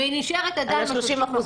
והיא נשארת עדיין עם ה-30%,